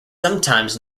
sometimes